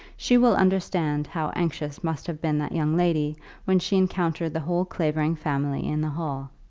she will understand how anxious must have been that young lady when she encountered the whole clavering family in the hall.